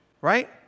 right